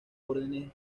órdenes